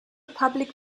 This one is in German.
public